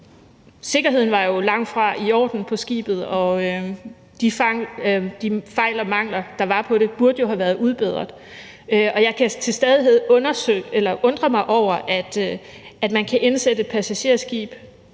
skibet var jo langtfra i orden, og de fejl og mangler, der var på det, burde have været udbedret. Og jeg kan til stadighed undre mig over, at man kunne indsætte et passagerskib